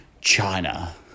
China